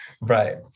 Right